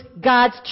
God's